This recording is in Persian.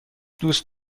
دوست